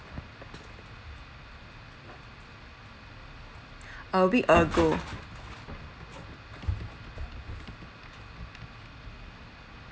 a week ago